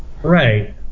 Right